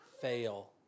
fail